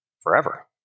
forever